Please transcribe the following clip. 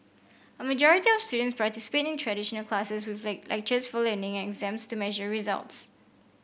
a majority of students participate in traditional classes with the lectures for learning and exams to measure results